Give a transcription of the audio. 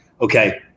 okay